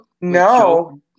No